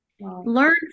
learn